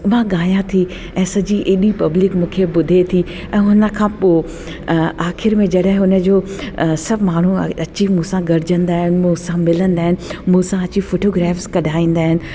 मां ॻायां थी ऐं सॼी एॾी पब्लिक मूंखे ॿुधे थी ऐं हुन खां पोइ आख़िर में जॾहिं हुन जो सभु माण्हू अची मूंसां गॾजंदा आहिनि मूंसां मिलंदा आहिनि मूंसां अची फोटोग्रेफ्स कढाईंदा आहिनि